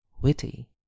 witty